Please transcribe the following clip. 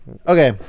Okay